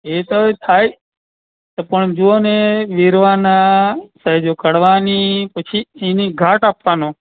એ તો થાય પણ જોવોને વેરવાના સાઇઝો કાઢવાની પછી એની ઘાટ આપવાનો